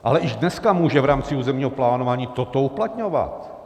Ale již dneska může v rámci územního plánování toto uplatňovat.